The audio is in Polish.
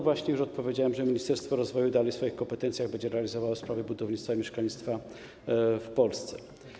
Właśnie już odpowiedziałem, że ministerstwo rozwoju dalej w swoich kompetencjach będzie realizowało sprawy budownictwa mieszkalnictwa w Polsce.